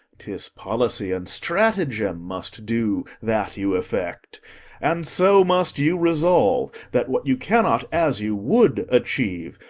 tis policy and stratagem must do that you affect and so must you resolve that what you cannot as you would achieve,